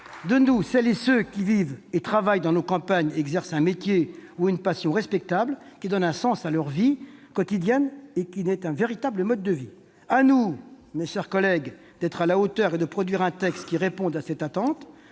de nous celles et ceux qui vivent et travaillent dans nos campagnes et exercent un métier ou une passion respectable, qui donne du sens à leur vie quotidienne et qui est un véritable mode de vie. Mes chers collègues, à nous d'être à la hauteur et de produire un texte qui réponde à cette attente